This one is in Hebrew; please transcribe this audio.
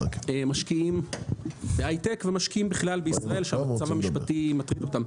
משקיעים בהיי-טק ומשקיעים בכלל בישראל שהמצב המשפטי מטריד אותם.